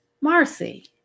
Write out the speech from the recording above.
Marcy